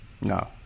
No